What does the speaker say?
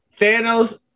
Thanos